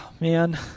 man